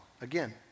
again